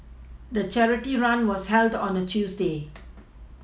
the charity run was held on a Tuesday